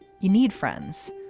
you need friends.